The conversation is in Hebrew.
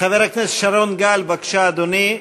חבר הכנסת שרון גל, בבקשה, אדוני.